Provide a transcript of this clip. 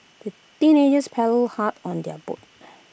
the teenagers paddled hard on their boat